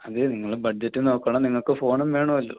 അതെ നിങ്ങൾ ബഡ്ജറ്റ് നോക്കണം നിങ്ങൾക്ക് ഫോണും വേണമല്ലോ